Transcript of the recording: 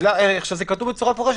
זה כתוב בצורה מפורשת.